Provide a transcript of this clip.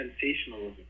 sensationalism